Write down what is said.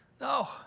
No